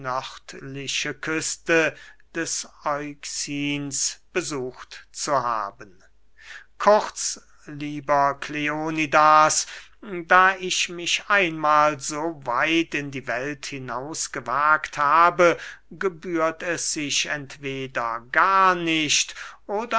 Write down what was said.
küste des euxins besucht zu haben kurz lieber kleonidas da ich mich einmal so weit in die welt hinaus gewagt habe gebührt es sich entweder gar nicht oder